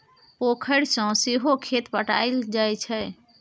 पोखरि सँ सहो खेत पटाएल जाइ छै